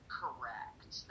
correct